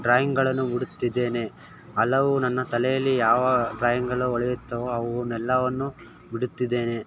ಡ್ರಾಯಿಂಗಳನ್ನು ಬಿಡುತ್ತಿದ್ದೇನೆ ಹಲವು ನನ್ನ ತಲೆಯಲ್ಲಿ ಯಾವ ಡ್ರಾಯಿಂಗಳು ಹೊಳೆಯುತ್ತವೊ ಅವನ್ನೆಲ್ಲವನ್ನು ಬಿಡುತ್ತಿದ್ದೇನೆ